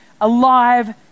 Alive